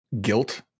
guilt